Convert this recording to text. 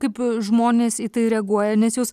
kaip žmonės į tai reaguoja nes jūs